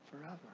forever